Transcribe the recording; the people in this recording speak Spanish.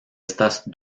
estas